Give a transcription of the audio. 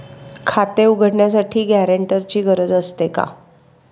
खाते उघडण्यासाठी गॅरेंटरची गरज असते का?